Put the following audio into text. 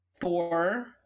four